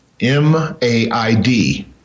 M-A-I-D